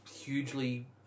hugely